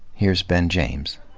here's ben james.